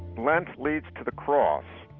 lent leads to the cross,